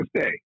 stay